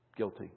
guilty